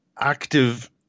active